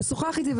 הוא שוחח איתי,